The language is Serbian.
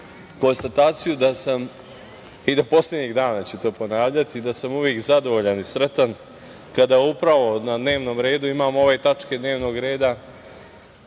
konstataciju da sam, i do poslednjeg dana ću to ponavljati, da sam uvek zadovoljan i sretan kada na dnevnom redu imamo ove tačke dnevnog reda.